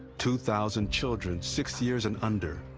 two thousand children six-years and under,